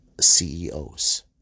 CEOs